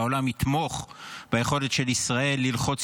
שהעולם יתמוך ביכולת של ישראל ללחוץ